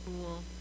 cool